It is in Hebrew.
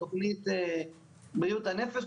בריאות הנפש,